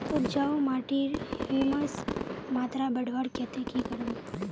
उपजाऊ माटिर ह्यूमस मात्रा बढ़वार केते की करूम?